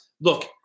Look